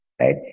right